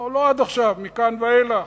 לא עד עכשיו, מכאן ואילך.